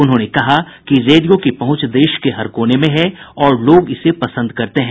उन्होंने कहा कि रेडियो की पहुंच देश के हर कोने में है और लोग इसे पसंद करते हैं